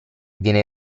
viene